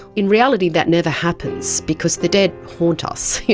in reality that never happens because the dead haunt us, yeah